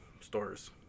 stores